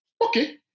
okay